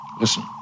Listen